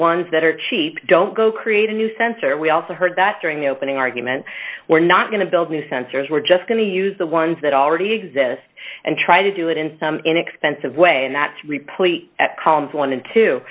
ones that are cheap don't go create a new sensor we also heard that during the opening argument we're not going to build new sensors we're just going to use the ones that already exist and try to do it in some inexpensive way and that's replete at columns one and two